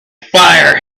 fire